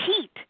heat